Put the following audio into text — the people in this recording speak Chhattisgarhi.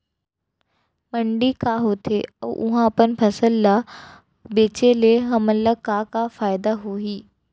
मंडी का होथे अऊ उहा अपन फसल ला बेचे ले हमन ला का फायदा होही?